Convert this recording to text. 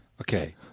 okay